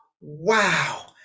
Wow